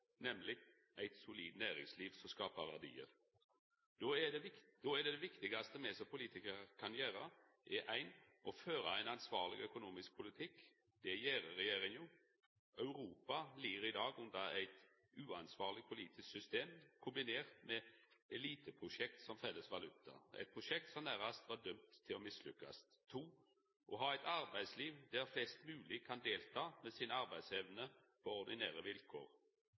nemleg eit solid næringsliv som skapar verdiar. Det viktigaste me som politikarar kan gjera, er: Me må føra ein ansvarleg økonomisk politikk. Det gjer regjeringa. Europa lir i dag under uansvarleg politikk kombinert med eliteprosjektet felles valuta – eit prosjekt som nærast var dømt til å mislykkast. Me må ha eit arbeidsliv der flest mogleg kan delta med si arbeidsevne på ordinære vilkår.